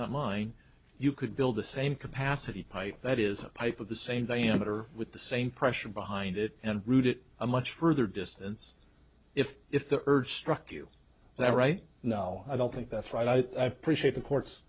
not mine you could build the same capacity pipe that is a pipe with the same diameter with the same pressure behind it and routed a much further distance if if the urge struck you that right now i don't think that's right i appreciate the courts